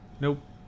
Nope